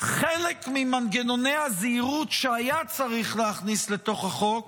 חלק ממנגנוני הזהירות שהיה צריך להכניס לתוך החוק